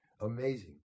Amazing